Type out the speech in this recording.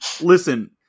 Listen